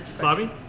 Bobby